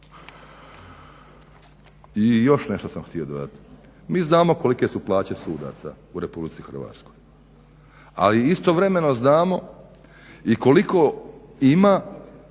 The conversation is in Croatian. I još nešto sam htio dodati. Mi znamo kolike su plaće sudaca u RH, ali istovremeno znamo i koliko ima